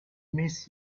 miss